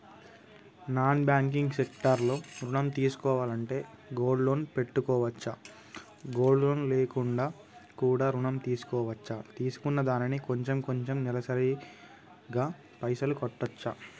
Non banking sector లో ఋణం తీసుకోవాలంటే గోల్డ్ లోన్ పెట్టుకోవచ్చా? గోల్డ్ లోన్ లేకుండా కూడా ఋణం తీసుకోవచ్చా? తీసుకున్న దానికి కొంచెం కొంచెం నెలసరి గా పైసలు కట్టొచ్చా?